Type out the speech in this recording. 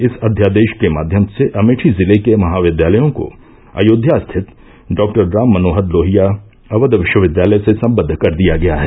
इस अध्यादेश के माध्यम से अमेठी जिले के महाविद्यालयों को अयोध्या स्थित डॉक्टर राम मनोहर लोहिया अवध विश्वविद्यालय से संबद्द कर दिया गया है